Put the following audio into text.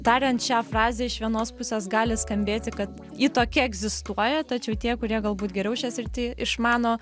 tariant šią frazę iš vienos pusės gali skambėti kad ji tokia egzistuoja tačiau tie kurie galbūt geriau šią sritį išmano